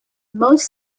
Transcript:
most